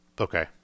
Okay